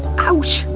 ouch!